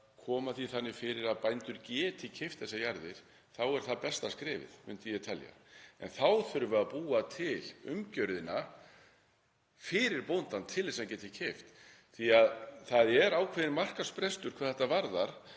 koma því þannig fyrir að bændur geti keypt þessar jarðir þá væri það besta skrefið, en þá þurfum við að búa til umgjörðina fyrir bóndann til þess að geta keypt. Það er ákveðinn markaðsbrestur hvað þetta varðar